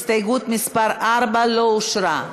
הסתייגות מס' 4 לא אושרה.